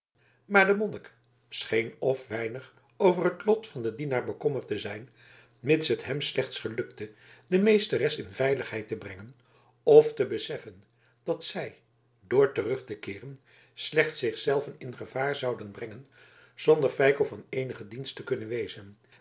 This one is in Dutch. maar de monnik scheen f weinig over het lot van den dienaar bekommerd te zijn mits het hem slechts gelukte de meesteres in veiligheid te brengen f te beseffen dat zij door terug te keeren slechts zich zelven in gevaar zouden brengen zonder feiko van eenigen dienst te kunnen wezen